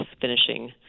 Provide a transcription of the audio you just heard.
finishing